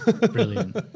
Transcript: Brilliant